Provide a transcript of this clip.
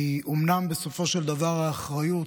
אומנם בסופו של דבר, האחריות